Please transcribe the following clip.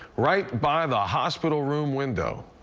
right by the hospital room window.